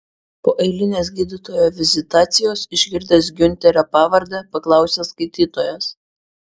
po eilinės gydytojo vizitacijos išgirdęs giunterio pavardę paklausė skaitytojas